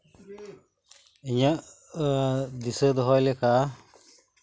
ᱤᱧᱟᱹᱜ ᱫᱤᱥᱟᱹ ᱫᱚᱦᱚᱭ ᱞᱮᱠᱟ